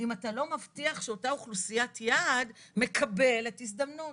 אם אתה לא מבטיח שאותה אוכלוסיית יעד מקבלת הזדמנות.